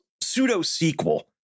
pseudo-sequel